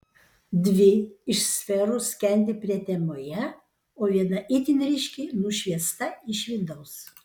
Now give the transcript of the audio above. dvi iš sferų skendi prietemoje o viena itin ryškiai nušviesta iš vidaus